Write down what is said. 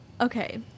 okay